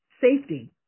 safety